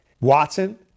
Watson